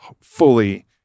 fully